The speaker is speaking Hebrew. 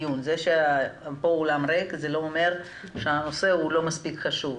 זה שהאולם ריק לא אומר שהנושא לא מספיק חשוב.